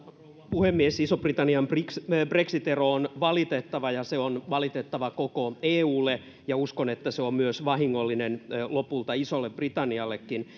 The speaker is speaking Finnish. puhemies ison britannian brexit brexit ero on valitettava se on valitettava koko eulle ja uskon että se on vahingollinen lopulta myös isolle britannialle